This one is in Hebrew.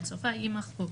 עד סופה ימחקו.